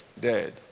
dead